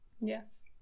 Yes